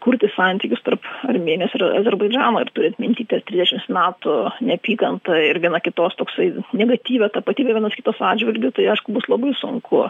kurti santykius tarp armėnijos ir azerbaidžano ir turint minty tas trisdešims metų neapykanta ir viena kitos toksai negatyvią tapatybę vienos kitos atžvilgiu tai aišku bus labai sunku